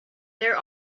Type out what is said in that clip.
there